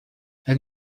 elles